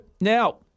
Now